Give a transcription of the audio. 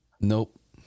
Nope